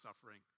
suffering